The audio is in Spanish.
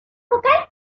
vocal